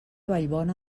vallbona